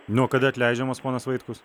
nuo kada atleidžiamas ponas vaitkus